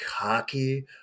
cocky